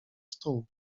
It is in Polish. stół